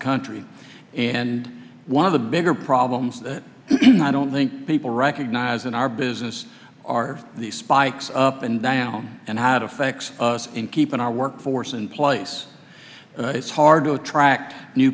country and one of the bigger problems that i don't think people recognize in our business are the spikes up and down and had effect in keeping our workforce in place it's hard to attract new